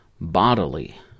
bodily